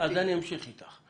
אז אני אמשיך איתך.